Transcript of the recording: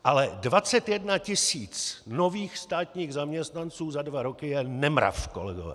Ale 21 tisíc nových státních zaměstnanců za dva roky je nemrav, kolegové.